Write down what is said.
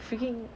freaking